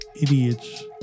idiots